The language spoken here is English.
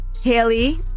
Haley